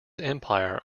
empire